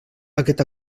aquest